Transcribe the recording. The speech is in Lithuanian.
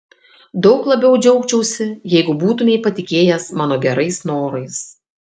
daug labiau džiaugčiausi jeigu būtumei patikėjęs mano gerais norais